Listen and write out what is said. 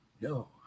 No